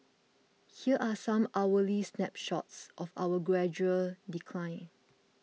here are some hourly snapshots of my gradual decline